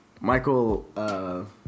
Michael